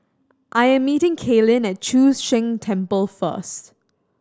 I am meeting Kaelyn at Chu Sheng Temple first